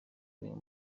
uyu